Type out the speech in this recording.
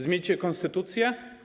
Zmienicie konstytucję?